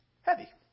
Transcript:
heavy